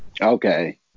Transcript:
Okay